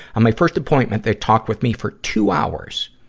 on my first appointment, they talked with me for two hours.